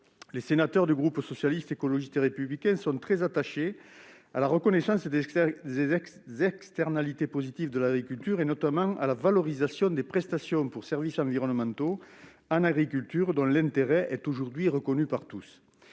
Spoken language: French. Les sénateurs du groupe Socialiste, Écologiste et Républicain sont très attachés à la reconnaissance des externalités positives de l'agriculture, notamment à la valorisation des paiements pour services environnementaux en agriculture, dont l'intérêt est aujourd'hui reconnu par tous.